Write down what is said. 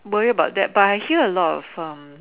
worried about that but I hear a lot of um